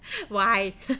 why